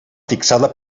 fixada